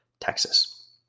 Texas